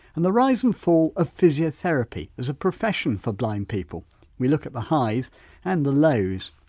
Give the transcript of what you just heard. and the rise and fall of physiotherapy as a profession for blind people we look at the highs and the lows.